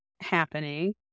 happening